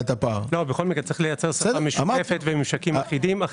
צריך לייצר שפה משותפת וממשקים אחידים.